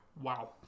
Wow